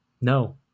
No